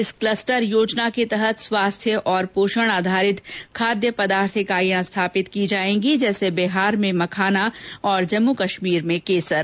इस क्लस्टर योजना के तहत स्वास्थ्य और पोषण आधारित खाद्य पदार्थ इकाइयां स्थापित की जाएंगी जैसे बिहार में मखाना और जम्मू कश्मीर में केसर